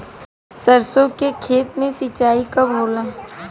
सरसों के खेत मे सिंचाई कब होला?